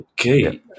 Okay